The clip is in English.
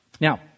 Now